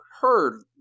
heard